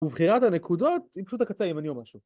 ובחירת הנקודות עם פשוט הקצה הימני או משהו.